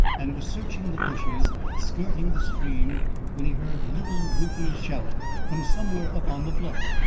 and was searching the bushes skirting the stream when he heard little reuther's shout from somewhere up on the bluff.